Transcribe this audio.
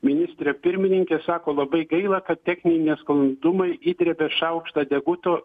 ministrė pirmininkė sako labai gaila kad techniniai nesklandumai įdrėbė šaukštą deguto